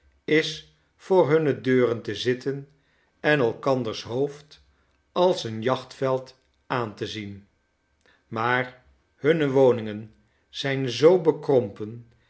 is voor hunne deuren te zitten en elkanders hoofd als een jachtveld aan te zien maar hunne woningen zijn zoo bekrompen